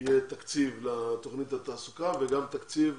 יהיה תקציב לתוכנית התעסוקה וגם תקציב